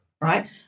right